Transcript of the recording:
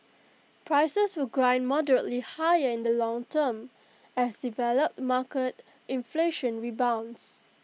prices will grind moderately higher in the long term as developed market inflation rebounds